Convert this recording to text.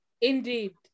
Indeed